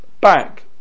back